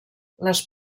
les